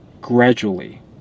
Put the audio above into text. gradually